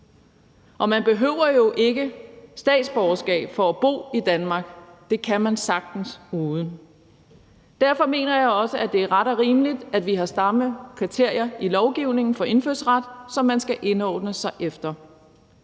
og man behøver jo ikke statsborgerskab for at bo i Danmark; det kan man sagtens uden. Derfor mener jeg også, at det er ret og rimeligt, at vi har stramme kriterier for indfødsret i lovgivningen, som man skal indordne sig efter.